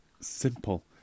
Simple